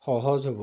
সহজ হ'ব